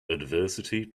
adversity